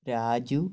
Raju